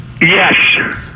Yes